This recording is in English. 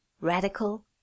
Radical